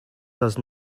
does